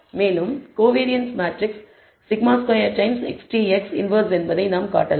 மேலும் covariance matrix σ2 times XTX inverse என்பதை நாம் காட்டலாம்